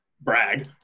brag